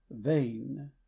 vain